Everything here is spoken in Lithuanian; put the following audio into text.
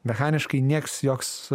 mechaniškai nieks joks